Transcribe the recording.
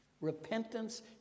Repentance